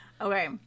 okay